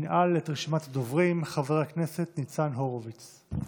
ינעל את רשימת הדוברים חבר הכנסת ניצן הורוביץ.